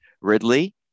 Ridley